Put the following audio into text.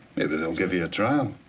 maybe they're give you a trial.